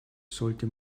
sollte